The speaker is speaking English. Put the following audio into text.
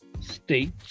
states